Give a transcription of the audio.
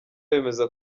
bemeza